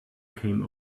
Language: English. came